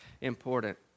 important